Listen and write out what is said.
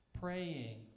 praying